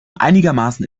einigermaßen